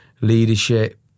leadership